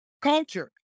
culture